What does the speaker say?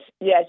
yes